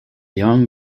young